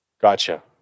Gotcha